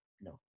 No